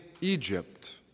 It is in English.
Egypt